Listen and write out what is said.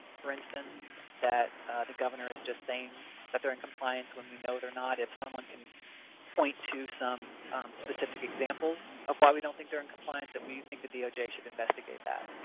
for instance that the governor is just saying that they're in compliance when we know they're not if someone can point to some specific examples of why we don't think they're in compliance, that we think the doj should investigate that.